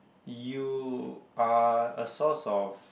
you are a source of